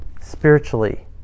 spiritually